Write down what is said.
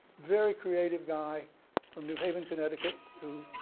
very creative guy from new haven, connecticut who,